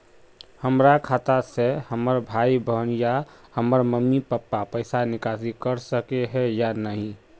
हमरा खाता से हमर भाई बहन या हमर मम्मी पापा पैसा निकासी कर सके है या नहीं?